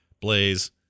Blaze